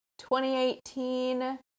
2018